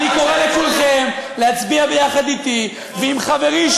אני קורא לכולכם להצביע ביחד אתי ועם חברי,